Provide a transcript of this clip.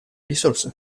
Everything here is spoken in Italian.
risorse